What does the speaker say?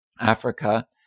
Africa